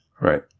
Right